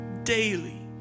Daily